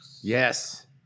yes